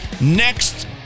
next